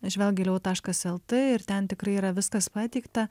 žvelk giliau taškas lt ir ten tikrai yra viskas pateikta